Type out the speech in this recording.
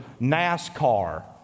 NASCAR